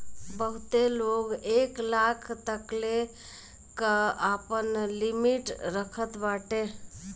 बहुते लोग एक लाख तकले कअ आपन लिमिट रखत बाटे